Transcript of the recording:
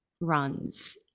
runs